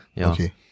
Okay